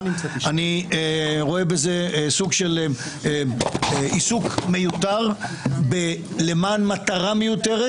אני רואה בזה סוג של עיסוק מיותר למען מטרה מיותרת,